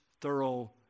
thorough